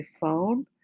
phone